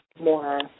more